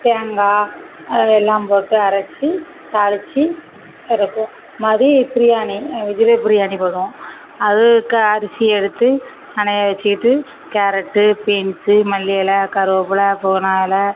தேங்காய் அதில் எல்லாம் போட்டு அரைச்சி தாளித்து இறக்குவோம் மதியம் பிரியாணி வெஜிடெபிள் பிரியாணி பண்ணுவோம் அதுக்கு அரிசி எடுத்து நனைய வச்சுட்டு கேரட்டு பீன்ஸு மல்லி எலை கருவேப்புல புதினா எலை